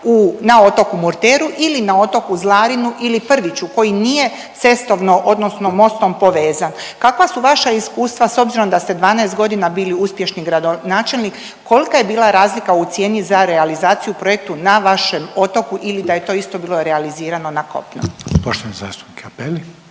na otoku Murteru ili na otoku Zlarinu ili Prviću koji nije cestovno odnosno mostom povezan. Kakva su vaša iskustva s obzirom da ste 12.g. bili uspješni gradonačelnik, kolka je bila razlika u cijeni za realizaciju u projektu na vašem otoku ili da je to isto bilo realizirano na kopnu? **Reiner, Željko